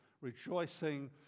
rejoicing